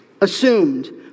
assumed